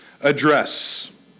address